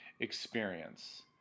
experience